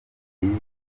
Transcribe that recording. yiyita